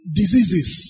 diseases